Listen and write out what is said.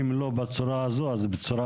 אם לא בצורה הזאת אז בצורה